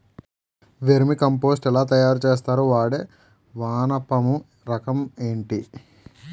Vermi compost ఎలా తయారు చేస్తారు? వాడే వానపము రకం ఏంటి?